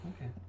Okay